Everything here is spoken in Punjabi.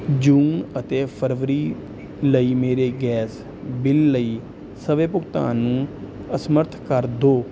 ਜੂਨ ਅਤੇ ਫਰਵਰੀ ਲਈ ਮੇਰੇ ਗੈਸ ਬਿੱਲ ਲਈ ਸਵੈ ਭੁਗਤਾਨ ਨੂੰ ਅਸਮਰੱਥ ਕਰਦੋ